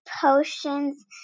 potions